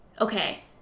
okay